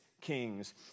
kings